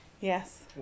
Yes